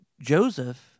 Joseph